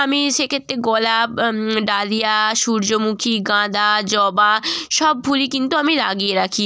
আমি সেক্ষেত্রে গোলাপ ডালিয়া সূর্যমুখী গাঁদা জবা সব ফুলই কিন্তু আমি লাগিয়ে রাখি